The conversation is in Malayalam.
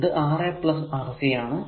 അത് Ra Rc ആണ്